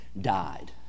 died